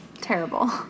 Terrible